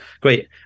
Great